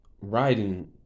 writing